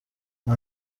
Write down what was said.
nta